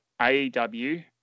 AEW